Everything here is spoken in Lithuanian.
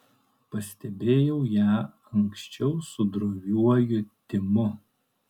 pastebėjau ją anksčiau su droviuoju timu